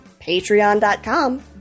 patreon.com